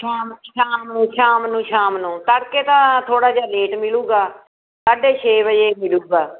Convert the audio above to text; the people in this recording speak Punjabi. ਸ਼ਾਮ ਸ਼ਾਮ ਨੂੰ ਸ਼ਾਮ ਨੂੰ ਸ਼ਾਮ ਨੂੰ ਤੜਕੇ ਤਾਂ ਥੋੜ੍ਹਾ ਜਿਹਾ ਲੇਟ ਮਿਲੂਗਾ ਸਾਢੇ ਛੇ ਵਜੇ ਮਿਲੂਗਾ